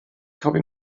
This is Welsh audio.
cofio